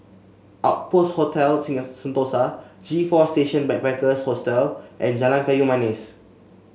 Outpost Hotel Sentosa G Four Station Backpackers Hostel and Jalan Kayu Manis